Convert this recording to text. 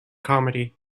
comedy